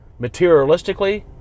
materialistically